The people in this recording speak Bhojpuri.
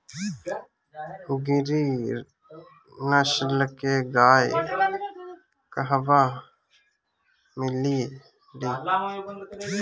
गिरी नस्ल के गाय कहवा मिले लि?